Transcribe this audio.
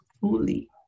fully